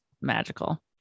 magical